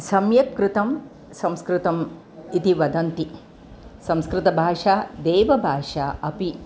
सम्यक् कृतं संस्कृतम् इति वदन्ति संस्कृतभाषा देवभाषा अपि